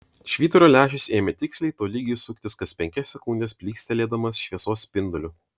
švyturio lęšis ėmė tiksliai tolygiai suktis kas penkias sekundes plykstelėdamas šviesos spinduliu